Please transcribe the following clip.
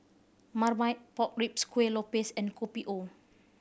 Marmite Pork Ribs Kueh Lopes and Kopi O